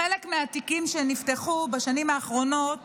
בחלק מהתיקים שנפתחו בשנים האחרונות